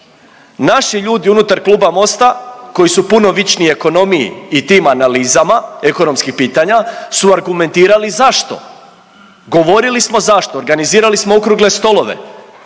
Naši ljudi unutar kluba Mosta koji su puno vičniji ekonomiji i tim analizama ekonomskih pitanja su argumentirali zašto, govorimo smo zašto, organizirali smo okrugle stolove,